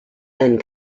and